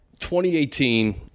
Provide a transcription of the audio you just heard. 2018 –